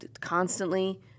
constantly